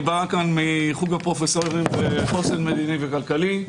אני בא לכאן מחוק הפרופסורים לחוסן מדיני וכלכלי.